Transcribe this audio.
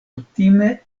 kutime